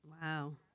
Wow